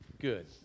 good